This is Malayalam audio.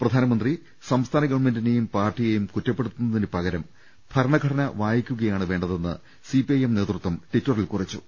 പ്രധാനമന്ത്രി സംസ്ഥാന ഗവൺമെന്റിനെയും പാർട്ടിയെയും കുറ്റപ്പെടുത്തുന്നതിനുപകരം ഭരണഘടന വായിക്കുകയാണ് വേണ്ടതെന്ന് സി പി ഐ എം നേതൃത്വം ട്വിറ്ററിൽ കുറിച്ചു